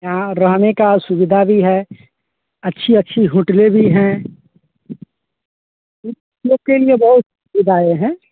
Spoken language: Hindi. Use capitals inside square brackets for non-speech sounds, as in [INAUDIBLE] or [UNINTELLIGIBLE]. यहाँ रहने की सुविधा भी है अच्छी अच्छी होटलें भी है [UNINTELLIGIBLE] लोग के लिए बहुत सुविधाएँ हैं